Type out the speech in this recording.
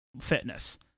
fitness